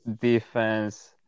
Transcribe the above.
defense